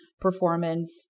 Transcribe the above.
performance